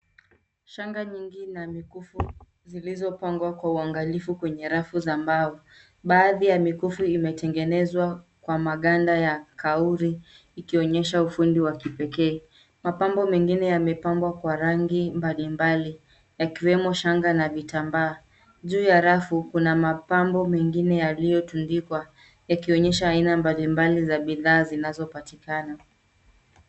Shanga nyingi na mikufu zilizopangwa kwa uangalifu kwenye rafu za mbao. Baadhi ya mikufu imetengenezwa kwa maganda ya kauri ikionyesha ufundi wa kipekee. Mapambo mengine yamepambwa kwa rangi mbalimbali yakiwemo, shanga na vitambaa. Juu ya rafu kuna mapambo mengine yaliyotundikwa yakionyesha aina mbalimbali za bidhaa zinazopatikana.